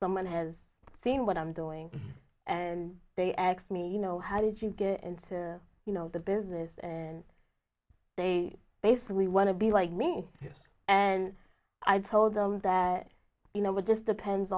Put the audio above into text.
someone has seen what i'm doing and they axed me you know how did you get into you know the business and they basically want to be like me yes and i told them that you know we're just depends